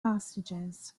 hostages